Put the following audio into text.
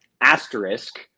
Asterisk